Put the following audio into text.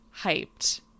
hyped